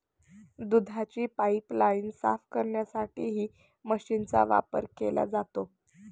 दुधाची पाइपलाइन साफ करण्यासाठीही मशीनचा वापर केला जातो